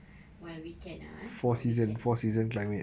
when we can ah while we can